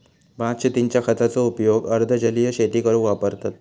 भात शेतींच्या खताचो उपयोग अर्ध जलीय शेती करूक वापरतत